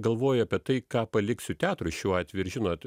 galvoju apie tai ką paliksiu teatrui šiuo atveju ir žinot